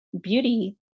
beauty